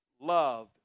love